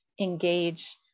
engage